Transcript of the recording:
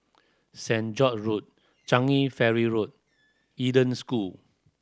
Saint George Road Changi Ferry Road Eden School